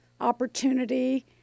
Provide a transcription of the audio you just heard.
opportunity